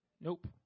nope